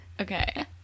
Okay